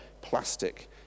plastic